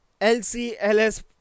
LCLS